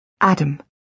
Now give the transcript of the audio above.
Adam